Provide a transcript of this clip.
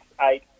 eight